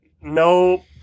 No